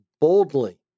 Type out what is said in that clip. boldly